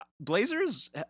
Blazers